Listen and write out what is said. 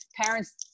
Parents